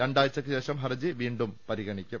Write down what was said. രണ്ടാഴ്ചക്കു ശേഷം ഹർജി വീണ്ടും പരിഗണിക്കും